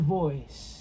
voice